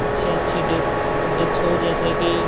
अच्छी अच्छी डिक्स हो जैसे कि